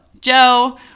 Joe